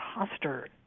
imposter